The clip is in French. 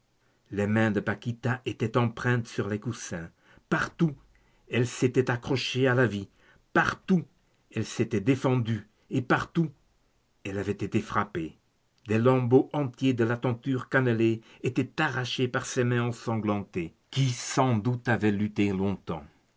les mains de paquita étaient empreintes sur les coussins partout elle s'était accrochée à la vie partout elle s'était défendue et partout elle avait été frappée des lambeaux entiers de la tenture cannelée étaient arrachés par ses mains ensanglantées qui sans doute avaient lutté long-temps